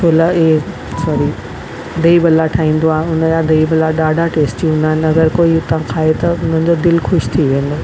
छोला हे सौरी दही बल्ला ठाहींदो आहे उन जा दही बल्ला ॾाढा टेस्टी हूंदा आहिनि अगरि कोई खाए त उन्हनि जो दिलि ख़ुशि थी वेंदो